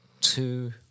two